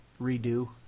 redo